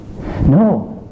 No